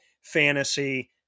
fantasy